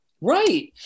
Right